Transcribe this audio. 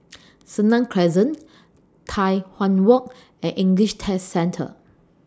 Senang Crescent Tai Hwan Walk and English Test Centre